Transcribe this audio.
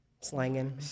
Slanging